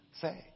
say